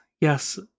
yes